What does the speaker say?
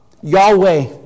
Yahweh